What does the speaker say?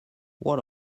what